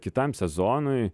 kitam sezonui